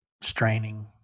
straining